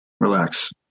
relax